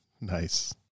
Nice